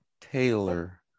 Taylor